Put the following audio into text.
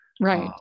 Right